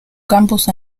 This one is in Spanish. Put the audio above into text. campus